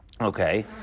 Okay